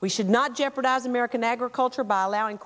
we should not jeopardize american agriculture by allowing